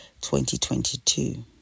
2022